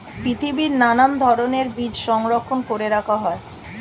পৃথিবীর নানা ধরণের বীজ সংরক্ষণ করে রাখা হয়